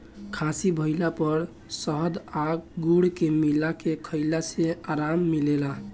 खासी भइला पर शहद आ गुड़ के मिला के खईला से आराम मिलेला